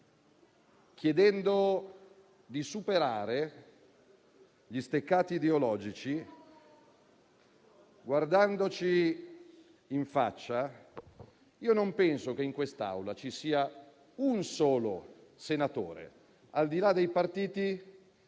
chiedendo di superare gli steccati ideologici e guardandoci in faccia. Io non penso che in quest'Aula ci sia un solo senatore, al di là dei partiti,